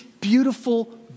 beautiful